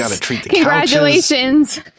congratulations